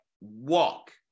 walk